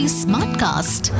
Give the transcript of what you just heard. smartcast